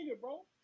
bro